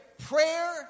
prayer